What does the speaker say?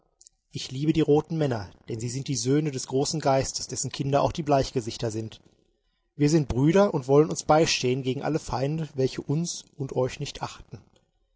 ich liebe die roten männer denn sie sind die söhne des großen geistes dessen kinder auch die bleichgesichter sind wir sind brüder und wollen uns beistehen gegen alle feinde welche uns und euch nicht achten